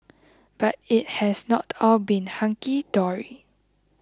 but it has not all been hunky dory